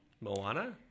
moana